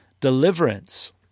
deliverance